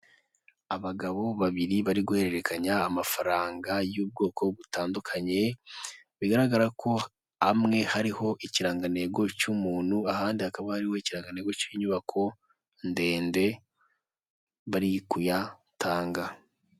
Abagabo babiri bari guhererekanya amafaranga y'ubwoko butandukanye bigaragara ko amwe hariho ikirangantego cy'umuntu, ahandi hakaba hariho ikirangantego cy'inyubako ndende bari kuyatanga.